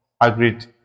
Agreed